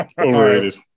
Overrated